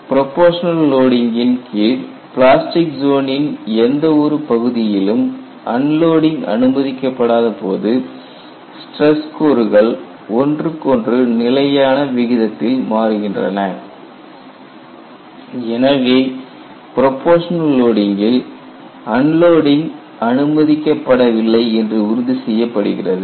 proportional loading இன் கீழ் plastic zone இன் எந்த ஒரு பகுதியிலும் அன்லோடிங் அனுமதிக்கப்படாத போது ஸ்டிரஸ் கூறுகள் ஒன்றுக்கொன்று நிலையான விகிதத்தில் மாறுகின்றன எனவே ப்ரொபோஷனல் லோடிங் கில் அன்லோடிங் அனுமதிக்கப்படவில்லை என்பது உறுதி செய்யப்படுகிறது